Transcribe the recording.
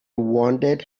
wondered